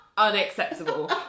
unacceptable